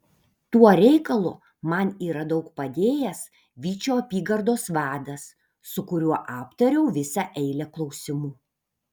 tuo reikalu man yra daug padėjęs vyčio apygardos vadas su kuriuo aptariau visą eilę klausimų